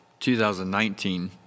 2019